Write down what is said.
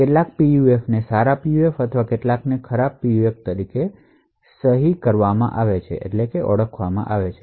કેટલાક પીયુએફને સારા પીયુએફઅથવા કેટલાકને ખરાબ પીયુએફતરીકે ઓળખાય છે